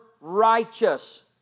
righteous